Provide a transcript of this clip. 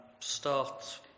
Start